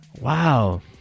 Wow